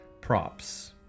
props